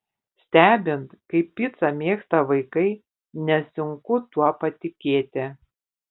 stebint kaip picą mėgsta vaikai nesunku tuo patikėti